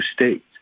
states